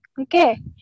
okay